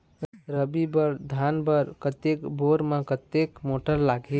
रबी बर धान बर कतक बोर म कतक मोटर लागिही?